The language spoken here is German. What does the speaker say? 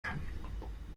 kann